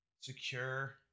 secure